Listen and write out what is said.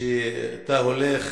שאתה הולך